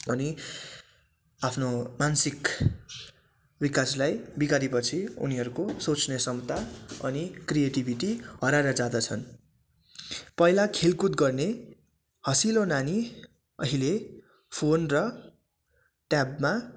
अनि आफ्नो मानसिक विकासलाई बिगारेपछि उनीहरूको सोच्ने क्षमता अनि क्रिएटिभिटी हराएर जाँदछन् पहिला खेलकुद गर्ने हँसिलो नानी अहिले फोन र ट्याबमा